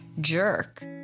jerk